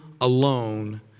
alone